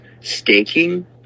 staking